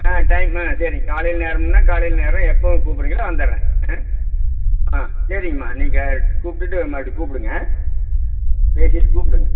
ஆ time ம் சரிங்க காலையில் நேரம்னால் காலையில் நேரம் எப்போ கூப்பிட்றீங்களோ வந்துடுறேன் ம் ஆ சரிங்கமா நீங்கள் கூப்பிட்டுட்டு மறுபடி கூப்பிடுங்க பேசிவிட்டு கூப்பிடுங்க